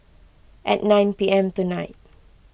at nine P M tonight